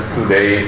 today